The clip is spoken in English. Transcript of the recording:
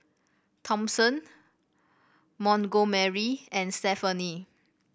Thompson Montgomery and Stephani